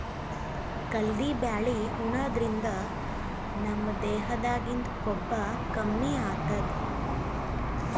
ಕಲ್ದಿ ಬ್ಯಾಳಿ ಉಣಾದ್ರಿನ್ದ ನಮ್ ದೇಹದಾಗಿಂದ್ ಕೊಬ್ಬ ಕಮ್ಮಿ ಆತದ್